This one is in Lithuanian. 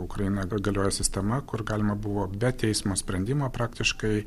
ukraina galioja sistema kur galima buvo be teismo sprendimo praktiškai